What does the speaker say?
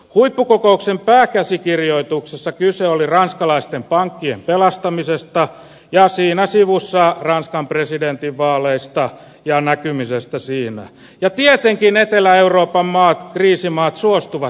huippukokouksen pääkäsikirjoituksessa kyse oli ranskalaisten pankkien pelastamisesta ja siinä sivussa ranskan presidentinvaaleista ja näkymisestä siinä ja tietenkin etelä euroopan maat kriisimaat suostuvat